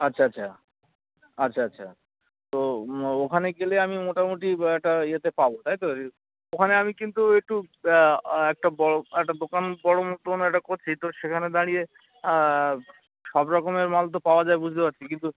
আচ্ছা আচ্ছা আচ্ছা আচ্ছা তো ওখানে গেলে আমি মোটামুটি একটা ইয়েতে পাবো তাই তো যে ওখানে আমি কিন্তু একটু একটা বড় একটা দোকান বড় মতন একটা করছি তো সেখানে দাঁড়িয়ে সব রকমের মাল তো পাওয়া যায় বুঝতে পারছি কিন্তু